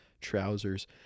trousers